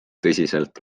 tõsiselt